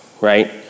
right